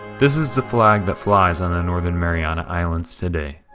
this is the flag that flies on the northern mariana islands today.